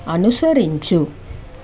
అనుసరించు